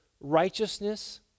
Righteousness